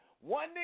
One